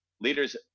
leaders –